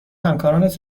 همکارانت